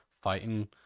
fighting